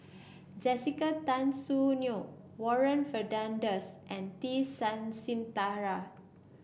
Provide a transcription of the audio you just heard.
Jessica Tan Soon Neo Warren Fernandez and T Sasitharan